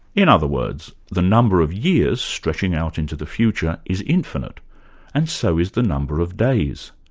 in other words, the number of years stretching out into the future is infinite and so is the number of days,